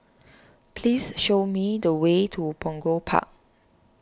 please show me the way to Punggol Park